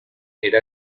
era